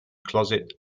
closet